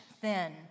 thin